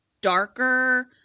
darker